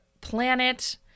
planet